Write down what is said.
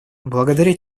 благодаря